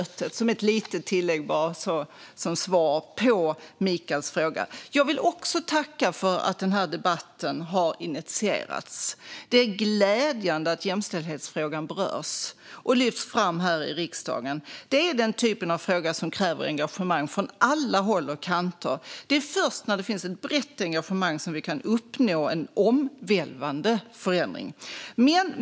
Det säger jag som ett litet tillägg, som svar på Michaels fråga. Jag vill tacka för att denna debatt har initierats. Det är glädjande att jämställdhetsfrågan berörs och lyfts fram här i riksdagen. Det är den typ av fråga som kräver engagemang från alla håll och kanter. Det är först när det finns ett brett engagemang som vi kan uppnå en omvälvande förändring.